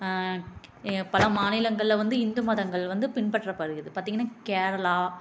பல மாநிலங்களில் வந்து இந்து மதங்கள் வந்து பின்பற்றப்படுது பார்த்திங்கனா கேரளா